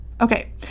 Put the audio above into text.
Okay